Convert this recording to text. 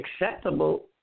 acceptable